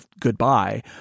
goodbye